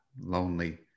lonely